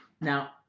Now